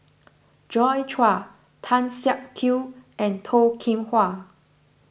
Joi Chua Tan Siak Kew and Toh Kim Hwa